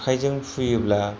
आखायजों हुयोब्ला